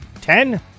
Ten